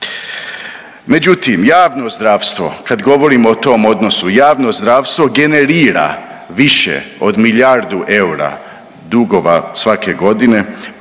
Međutim, javno zdravstvo kad govorim o tom odnosu. Javno zdravstvo generira više od milijardu eura dugova svake godine.